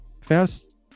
first